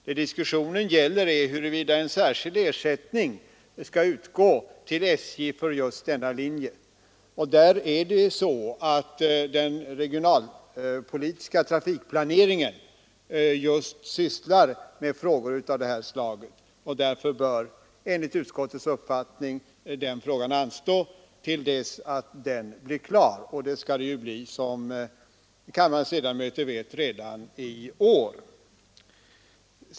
Vad diskussionen gäller är huruvida en särskild ersättning skall utgå till SJ för denna linje. I den regionalpolitiska trafikplaneringen sysslar man med frågor av just detta slag. Därför bör enligt utskottets uppfattning ställningstagandet i denna fråga anstå till dess att denna planering blir klar, och det skall, som kammarens ledamöter vet, ske redan i år.